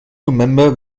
november